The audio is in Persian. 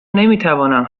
نمیتوانم